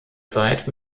zeit